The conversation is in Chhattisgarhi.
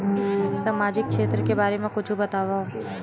सामजिक क्षेत्र के बारे मा कुछु बतावव?